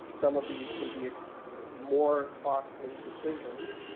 some of these can be more costly decisions